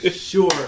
Sure